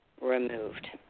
removed